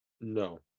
No